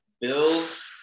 Bills